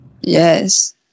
Yes